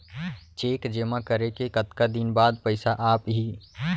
Cheque जेमा करे के कतका दिन बाद पइसा आप ही?